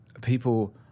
people